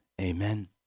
Amen